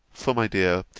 for, my dear,